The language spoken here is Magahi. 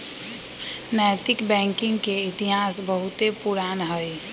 नैतिक बैंकिंग के इतिहास बहुते पुरान हइ